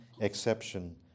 exception